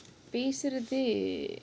பேசுறதே:pesurathae